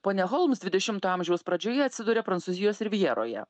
ponia holms dvidešimto amžiaus pradžioje atsiduria prancūzijos rivjeroje